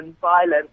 violence